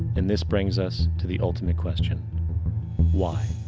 and this brings us to the ultimate question why?